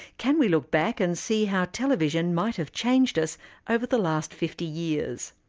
can we look back and see how television might have changed us over the last fifty years?